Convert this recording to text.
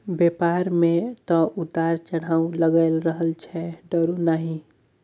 बेपार मे तँ उतार चढ़ाव लागलै रहैत छै डरु नहि